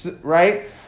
right